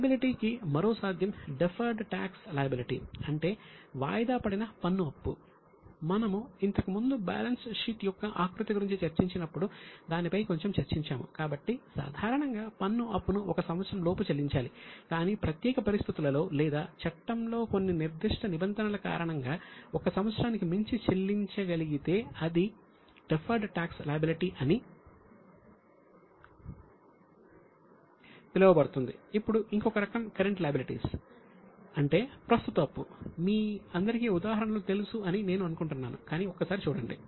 liability కి మరో సాధ్యం డెఫర్డ్ టాక్స్ లయబిలిటీ అంటే ప్రస్తుత అప్పు మీ అందరికీ ఉదాహరణలు తెలుసు అని నేను అనుకుంటున్నాను కానీ ఒక్కసారి చూడండి